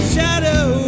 Shadow